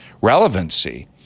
relevancy